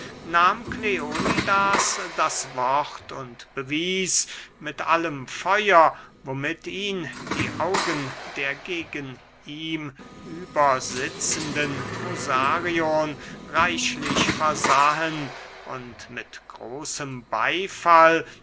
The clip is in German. nahm kleonidas das wort und bewies mit allem feuer womit ihn die augen der gegen ihm über sitzenden musarion reichlich versahen und mit großem beyfall